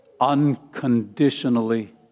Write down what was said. unconditionally